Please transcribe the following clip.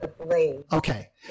Okay